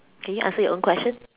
can you answer your own question